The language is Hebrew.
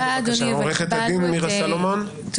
עו"ד מירה סלומון, בבקשה.